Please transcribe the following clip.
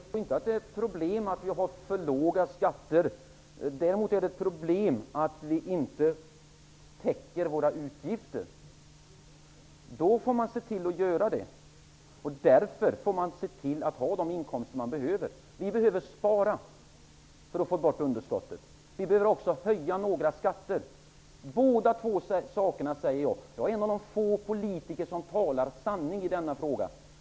Herr talman! Nej, jag tror inte att det är ett problem att vi har för låga skatter. Däremot är det ett problem att vi inte täcker våra utgifter. Då får man se till att göra det, och därför får man se till att man har de inkomster man behöver. Vi behöver spara för att få bort underskottet. Vi behöver också höja några skatter. Vi behöver vidta båda dessa åtgärder. Jag är en av de få politiker som talar sanning i denna fråga.